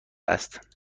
است